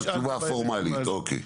זו התשובה הפורמאלית, אוקיי.